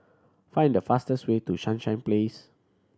find the fastest way to Sunshine Place